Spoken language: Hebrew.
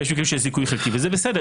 יש מקרים שיש זיכוי חלקי וזה בסדר,